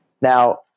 Now